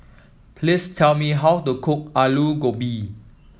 please tell me how to cook Alu Gobi